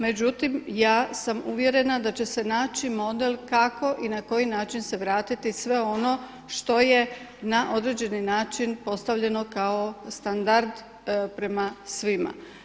Međutim, ja sam uvjerena da će se naći model kako i na koji način se vratiti sve ono što je na određeni način postavljeno kao standard prema svima.